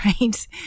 right